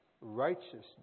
righteousness